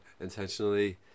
intentionally